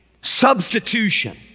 substitution